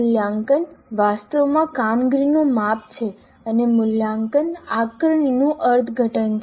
મૂલ્યાંકન વાસ્તવમાં કામગીરીનું માપ છે અને મૂલ્યાંકન આકારણીનું અર્થઘટન છે